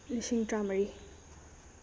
ꯂꯤꯁꯤꯡ ꯇꯔꯥꯃꯔꯤ